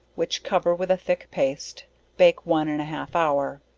which cover with a thick paste bake one and a half hour.